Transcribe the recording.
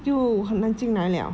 就很难进来了